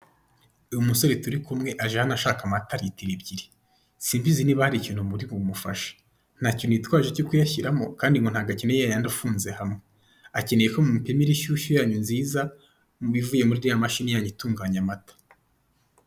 Umusore turi kumwe aje hano ashaka amata litiro ebyiri simbizi niba hari ikintu muri bumufashe ntakintu yitwaje cyo kuyashyiramo kandi ngo ntabwo akeneye yayandi afunze hamwe akeneye ko mumupimira inshyushyu yanyu nziza ivuyu muri iriya mashini yanyu itunganya amata.